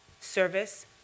Service